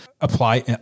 apply